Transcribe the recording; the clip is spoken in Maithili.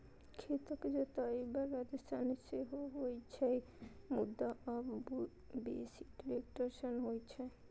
खेतक जोताइ बरद सं सेहो होइ छै, मुदा आब बेसी ट्रैक्टर सं होइ छै